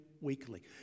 weekly